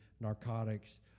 narcotics